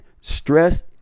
stress